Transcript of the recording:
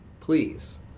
Please